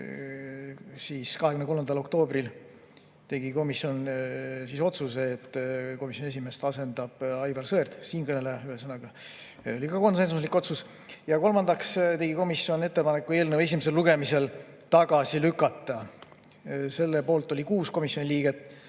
aga 23. oktoobril tegi komisjon otsuse, et komisjoni esimeest asendab Aivar Sõerd, siinkõneleja ühesõnaga. See oli ka konsensuslik otsus. Kolmandaks tegi komisjon ettepaneku eelnõu esimesel lugemisel tagasi lükata. Selle poolt oli 6 komisjoni liiget,